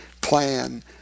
plan